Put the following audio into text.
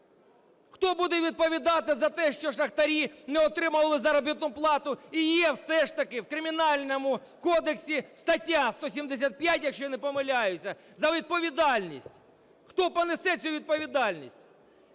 Хто буде відповідати за те, що шахтарі не отримали заробітну плату? І є все ж таки в Кримінальному кодексі стаття 175, якщо я не помиляюся, за відповідальність. Хто понесе цю відповідальність?